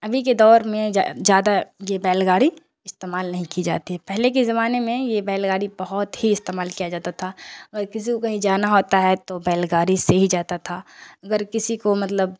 ابھی کے دور میں زیادہ یہ بیل گاڑی استعمال نہیں کی جاتی ہے پہلے کے زمانے میں یہ بیل گاڑی بہت ہی استعمال کیا جاتا تھا اگر کسی کو کہیں جانا ہوتا ہے تو بیل گاڑی سے ہی جاتا تھا اگر کسی کو مطلب